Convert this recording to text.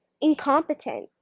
incompetent